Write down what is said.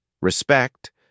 respect